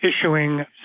issuing